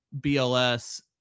BLS